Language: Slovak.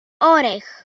orech